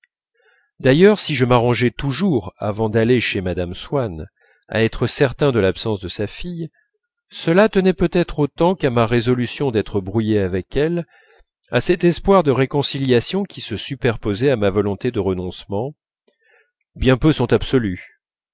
d'ailleurs si je m'arrangeais toujours avant d'aller chez mme swann à être certain de l'absence de sa fille cela tenait peut-être autant qu'à ma résolution d'être brouillé avec elle à cet espoir de réconciliation qui se superposait à ma volonté de renoncement